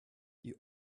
you